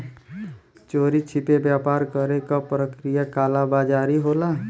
चोरी छिपे व्यापार करे क प्रक्रिया कालाबाज़ारी होला